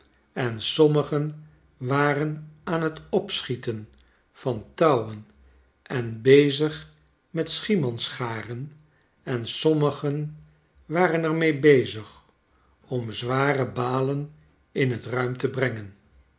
en sommigen waren aan t opschieten van touwen en bezig met schiemansgaren en sommigen waren er mee bezig om zware balen in t ruim te brengen